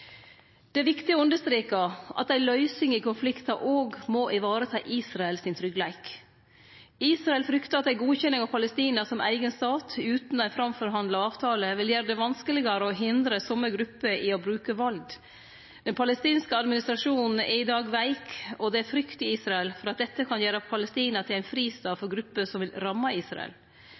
Det er viktig å understreke at ei løysing i konflikten også må vareta Israel sin tryggleik. Israel fryktar at ei godkjenning av Palestina som eigen stat, utan ein framforhandla avtale, vil gjere det vanskelegare å hindre somme grupper i å bruke vald. Den palestinske administrasjonen er i dag veik, og det er frykt i Israel for at dette kan gjere Palestina til ein fristad for grupper som vil ramme Israel.